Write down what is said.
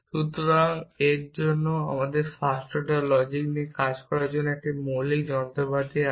সুতরাং এর সাথে ফার্স্ট অর্ডার লজিক নিয়ে কাজ করার জন্য একটি মৌলিক যন্ত্রপাতি আছে